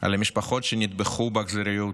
על המשפחות שנטבחו באכזריות,